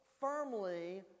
firmly